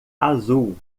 azul